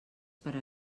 per